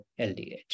LDH